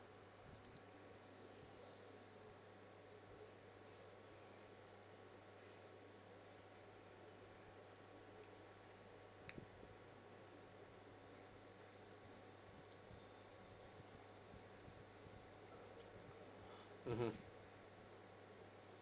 mmhmm